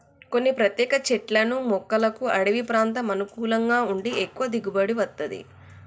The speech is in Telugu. కొన్ని ప్రత్యేక చెట్లను మొక్కలకు అడివి ప్రాంతం అనుకూలంగా ఉండి ఎక్కువ దిగుబడి వత్తది